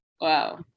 Wow